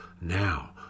Now